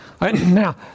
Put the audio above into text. Now